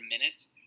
minutes